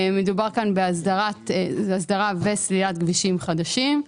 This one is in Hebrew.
זה הסדרה וסלילת כבישים חדשים,